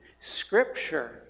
Scripture